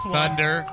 Thunder